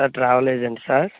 travel ఏజెన్సా